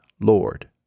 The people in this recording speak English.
Lord